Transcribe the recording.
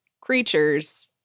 creatures